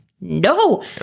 no